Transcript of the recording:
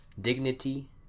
dignity